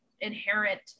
inherent